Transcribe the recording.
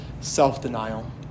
self-denial